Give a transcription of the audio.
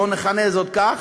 בואו נכנה את זה כך,